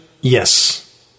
yes